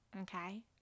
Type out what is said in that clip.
okay